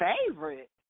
Favorite